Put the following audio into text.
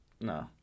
No